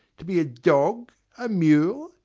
to be a dog, a mule,